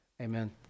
amen